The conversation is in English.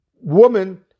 woman